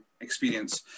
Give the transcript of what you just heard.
experience